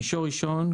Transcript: מישור ראשון,